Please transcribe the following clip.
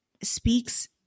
speaks